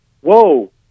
whoa